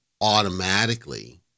automatically